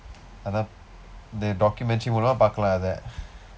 அதான்:athaan the documentary மூலமா பார்க்கலாம் அதை:muulamaa paarkklaam athai